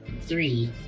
three